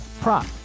prop